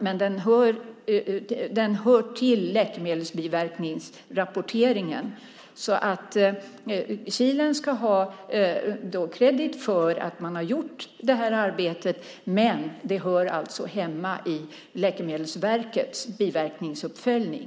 Men den hör till läkemedelsbiverkningsrapporteringen. Kilen ska ha kredit för att man har gjort det här arbetet, men det hör alltså hemma i Läkemedelsverkets biverkningsuppföljning.